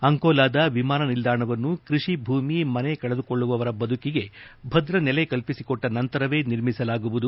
ಅಂಕೋಲಾದ ವಿಮಾನ ನಿಲ್ಲಾಣವನ್ನು ಕೈಷಿಭೂಮಿ ಮನೆ ಕಳೆದುಕೊಳ್ಳುವವರ ಬದುಕಿಗೆ ಭದ್ರನೆಲೆ ಕಲ್ಪಿಸಿಕೊಟ್ಟ ನಂತರವೇ ನಿರ್ಮಿಸಲಾಗುವುದು